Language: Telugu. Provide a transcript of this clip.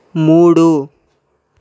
మూడు